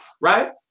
right